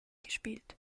gespielt